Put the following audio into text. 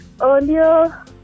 earlier